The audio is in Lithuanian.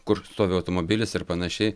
kur stovi automobilis ir panašiai